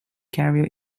carrier